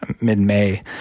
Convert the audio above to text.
mid-May